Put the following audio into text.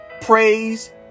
praise